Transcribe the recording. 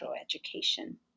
education